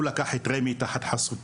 הוא לקח את רמ"י תחת חסותו,